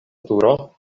turo